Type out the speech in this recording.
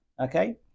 Okay